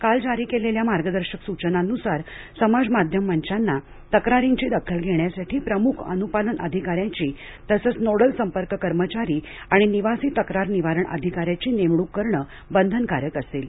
काल जारी केलेल्या मार्गदर्शक सूचनांनुसार समाज माध्यम मंचांना तक्रारींची दखल घेण्यासाठी प्रमुख अनुपालन अधिकाऱ्याची तसंच नोडल संपर्क कर्मचारी आणि निवासी तक्रार निवारण अधिकाऱ्याची नेमणूक करणं बंधनकारक असेल